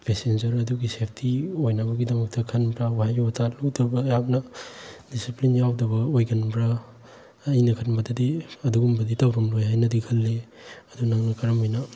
passenger ꯑꯗꯨꯒꯤ safety ꯑꯣꯏꯅꯕꯒꯤ ꯗꯃꯛꯇ ꯈꯟꯕ꯭ꯔ ꯋꯥꯍꯩ ꯋꯥꯇꯥ ꯂꯨꯗꯕ ꯌꯥꯝꯅ ꯗꯤꯁꯤꯄ꯭ꯂꯤꯟ ꯌꯥꯎꯗꯕ ꯑꯣꯏꯒꯟꯕ꯭ꯔ ꯑꯩꯅ ꯈꯟꯕꯗꯗꯤ ꯑꯗꯨꯒꯨꯝꯕꯗꯤ ꯇꯧꯔꯝꯂꯣꯏ ꯍꯥꯏꯅꯗꯤ ꯈꯜꯂꯤ ꯑꯗꯨ ꯅꯪꯅ ꯀꯔꯝ ꯍꯥꯏꯅ